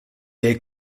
est